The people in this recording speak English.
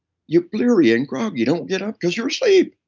you're bleary and groggy. you don't get up because you're asleep.